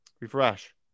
Refresh